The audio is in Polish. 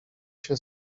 się